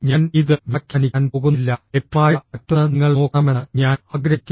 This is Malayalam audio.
ഞാൻ ഇത് വ്യാഖ്യാനിക്കാൻ പോകുന്നില്ല ലഭ്യമായ മറ്റൊന്ന് നിങ്ങൾ നോക്കണമെന്ന് ഞാൻ ആഗ്രഹിക്കുന്നു